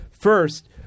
First